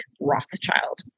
Rothschild